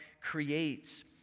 creates